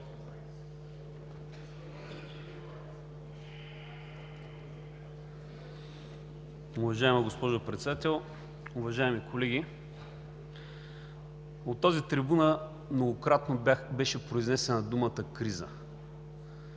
Уважаема госпожо Председател, уважаеми колеги! От тази трибуна многократно беше произнесена думата „криза“.